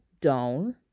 down